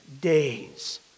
days